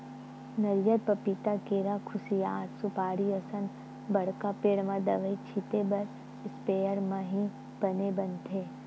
नरियर, पपिता, केरा, खुसियार, सुपारी असन बड़का पेड़ म दवई छिते बर इस्पेयर म ही बने बनथे